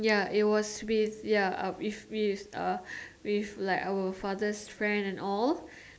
ya it was with ya uh it with uh with our like father's friend and all